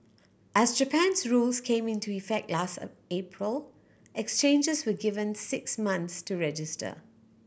as Japan's rules came into effect last April exchanges were given six months to register